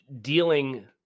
dealing